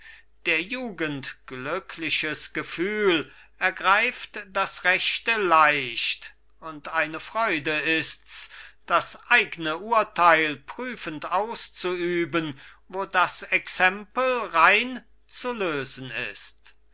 der jugend glückliches gefühl ergreift das rechte leicht und eine freude ists das eigne urteil prüfend auszuüben wo das exempel rein zu lösen ist